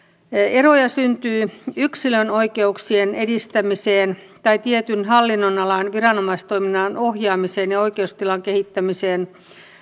eroja syntyy yksilön oikeuksien edistämiseen tai tietyn hallinnonalan viranomaistoiminnan ohjaamiseen ja oikeustilan kehittämiseen